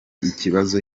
ikibazo